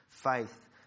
faith